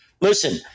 Listen